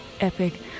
epic